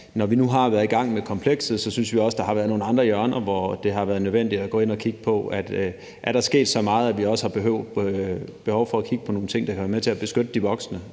når vi nu har været i gang med komplekset, synes vi også, at der har været nogle andre hjørner, hvor det har været nødvendigt at gå ind og kigge på, om der er sket så meget, at vi også har behov for at kigge på nogle ting, der hører med til at beskytte de voksne.